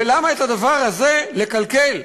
ולמה את הדבר הזה לקלקל?